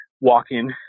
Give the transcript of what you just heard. walking